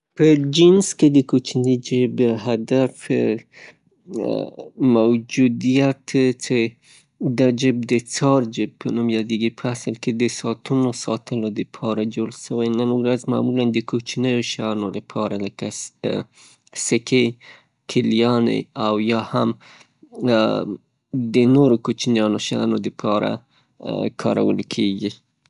په جینیز کې د کوچیني جیب هدف، موجودیت چه دا جیب د څار جیب په نوم یادیږي په اصل کې د ساتونو د ساتلو د پاره جوړ سوی ، نن ورځ معمولا د کوچنیو شیانو د ساتلو لپاره لکه سکې کلیانې او یا هم د نورو کوچنیانو شیانو د ساتلو لپاره کارول کیږي.